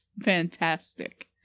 fantastic